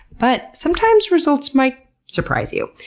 but sometimes results might surprise you.